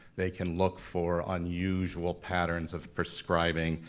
they can look for unusual patterns of prescribing.